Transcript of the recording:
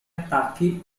attacchi